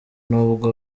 n’ubwo